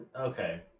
Okay